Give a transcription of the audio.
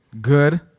good